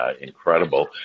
incredible